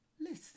Listen